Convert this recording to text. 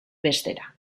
bestera